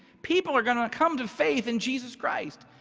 people are gonna come to faith in jesus christ.